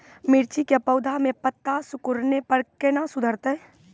मिर्ची के पौघा मे पत्ता सिकुड़ने पर कैना सुधरतै?